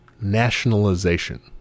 nationalization